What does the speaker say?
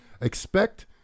Expect